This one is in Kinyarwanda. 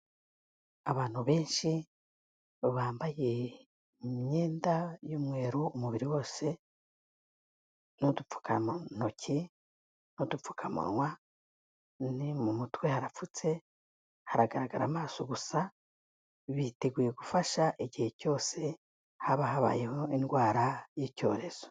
Abantu benshi bambaye imyenda y'umweru umubiri wose n'udupfukantoki, n'udupfukamunwa, no mu mutwe harapfutse, hagaragara amaso gusa biteguye gufasha igihe cyose haba habayeho indwara y'icyorezo.